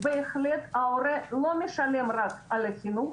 בהחלט ההורה לא משלם רק על חינוך,